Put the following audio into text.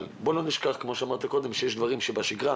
אבל בוא לא נשכח כמו שאמרת קודם שיש דברים שבשגרה,